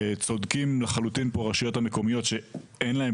צודקים לחלוטין פה הרשויות המקומיות שאין להם